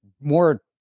more